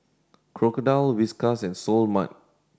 Crocodile Whiskas and Seoul Mart